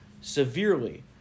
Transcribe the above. severely